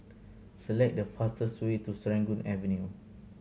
select the fastest way to Serangoon Avenue